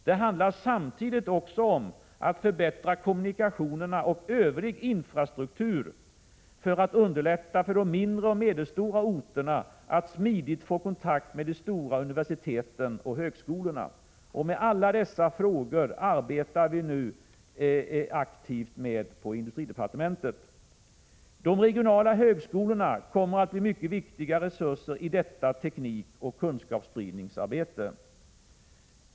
Det handlar samtidigt också om att förbättra kommunikationerna och övrig infrastruktur för att underlätta för de mindre och medelstora orterna att smidigt få kontakt med de stora universiteten och högskolorna. — Med alla dessa frågor arbetar vi nu aktivt på industridepartementet. De regionala högskolorna kommer att bli mycket viktiga resurser i detta teknikoch kunskapsspridningsarbete.